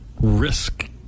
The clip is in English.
risk